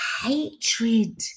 Hatred